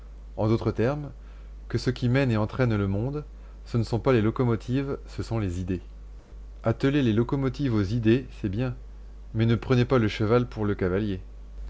en d'autres termes que ce qui mène et entraîne le monde ce ne sont pas les locomotives ce sont les idées attelez les locomotives aux idées c'est bien mais ne prenez pas le cheval pour le cavalier